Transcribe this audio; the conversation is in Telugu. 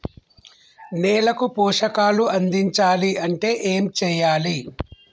నేలకు పోషకాలు అందించాలి అంటే ఏం చెయ్యాలి?